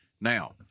Now